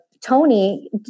Tony